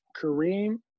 Kareem